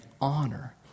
honor